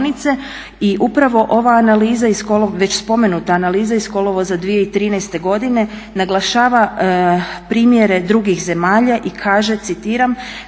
spomenuta analiza iz kolovoza 2013. godine naglašava primjere drugih zemalja i kaže, citiram: